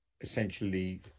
essentially